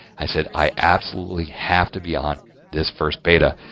i said, i absolutely have to be on this first data.